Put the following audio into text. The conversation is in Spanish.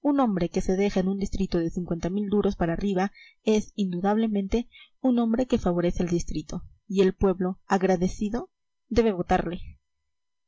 un hombre que se deja en un distrito de cincuenta mil duros para arriba es indudablemente un hombre que favorece al distrito y el pueblo agradecido debe votarle